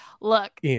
Look